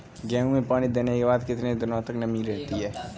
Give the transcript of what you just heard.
गेहूँ में पानी देने के बाद कितने दिनो तक नमी रहती है?